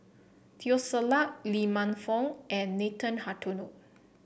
Teo Ser Luck Lee Man Fong and Nathan Hartono